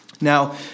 Now